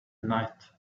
night